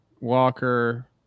Walker